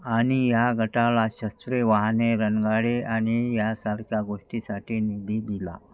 आणि या गटाला शस्त्रे वाहने रणगाडे आणि यासारख्या गोष्टीसाठी निधी दिला